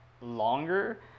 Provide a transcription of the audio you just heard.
longer